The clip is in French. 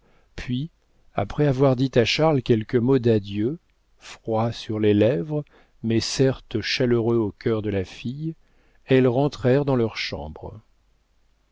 puis après avoir dit à charles quelques mots d'adieu froids sur les lèvres mais certes chaleureux au cœur de la fille elles rentrèrent dans leurs chambres